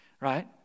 Right